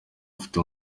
afite